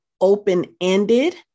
open-ended